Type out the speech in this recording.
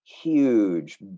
huge